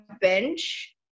bench